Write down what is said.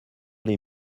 les